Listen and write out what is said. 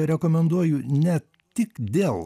rekomenduoju ne tik dėl